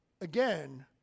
again